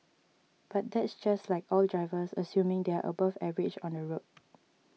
but that's just like all drivers assuming they are above average on the road